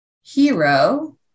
Hero